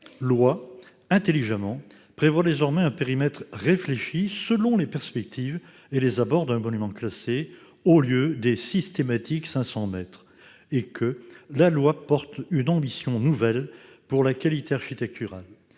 loi, intelligemment, prévo[yait] désormais un périmètre réfléchi selon les perspectives et les abords d'un monument classé, au lieu des systématiques 500 mètres » et que « la loi port[ait] une ambition nouvelle pour la qualité architecturale.